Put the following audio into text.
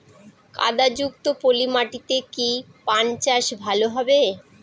কাদা যুক্ত পলি মাটিতে কি পান চাষ ভালো হবে?